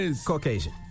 Caucasian